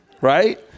right